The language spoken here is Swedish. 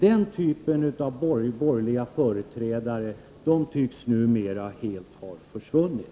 Den typen av borgerliga företrädare tycks numera helt ha försvunnit.